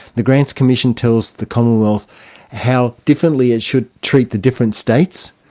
the grants commission tells the commonwealth how differently it should treat the different states,